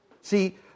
See